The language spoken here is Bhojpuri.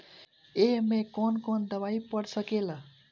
ए में कौन कौन दवाई पढ़ सके ला?